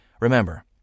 Remember